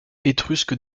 étrusque